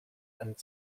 and